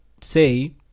say